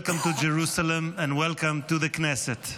Welcome to Jerusalem and welcome to the Knesset.